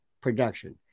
production